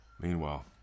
Meanwhile